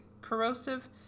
corrosive